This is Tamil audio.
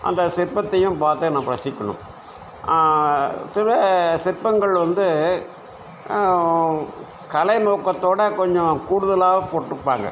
அந்த சிற்பத்தையும் பார்த்து நம்ம ரசிக்கணும் சில சிற்பங்கள் வந்து கலை நோக்கத்தோடு கொஞ்சம் கூடுதலாக போட்டுருப்பாங்க